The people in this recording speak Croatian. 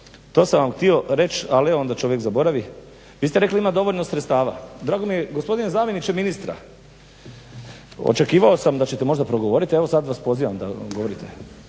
to sam vam htio reći, ali onda čovjek zaboravi, vi ste rekli ima dovoljno sredstava. Drago mi je, gospodine zamjeniče ministra očekivao sam da ćete možda progovoriti, a evo sad vas pozivam da odgovorite,